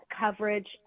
coverage